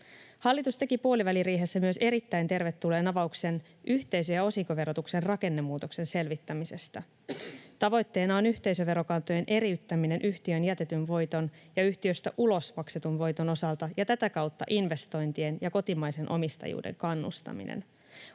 Hallitus teki puoliväliriihessä myös erittäin tervetulleen avauksen yhteisö‑ ja osinkoverotuksen rakennemuutoksen selvittämisestä. Tavoitteena on yhteisöverokantojen eriyttäminen yhtiöön jätetyn voiton ja yhtiöstä ulos maksetun voiton osalta ja tätä kautta investointien ja kotimaisen omistajuuden kannustaminen.